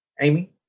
Amy